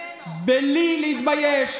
בלי להתבייש.